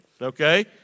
okay